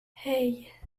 hey